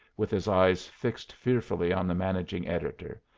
with his eyes fixed fearfully on the managing editor,